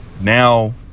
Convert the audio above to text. Now